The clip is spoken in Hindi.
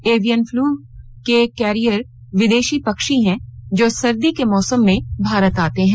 एवियन फ्लू के कैरियर विदेशी पक्षी हैं जो सर्दी के मौसम में भारत आते हैं